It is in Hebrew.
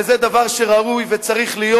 וזה דבר שראוי וצריך להיות,